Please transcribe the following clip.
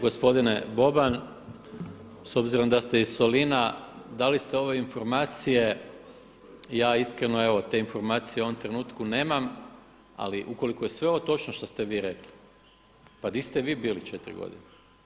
Gospodine Boban, s obzirom da ste iz Solina da li ste ove informacije, ja iskreno te informacije u ovom trenutku nema, ali ukoliko je sve ovo točno što ste rekli pa di ste vi bili četiri godine.